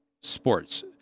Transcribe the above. sports